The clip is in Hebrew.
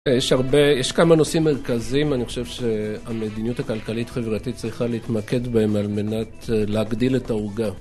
יש הרבה... כמה נושאים מרכזיים, אני חושב שהמדיניות הכלכלית חברתית צריכה להתמקד בהם על מנת להגדיל את ההורגה